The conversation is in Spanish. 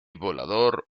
volador